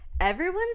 everyone's